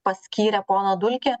paskyrė poną dulkį